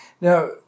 Now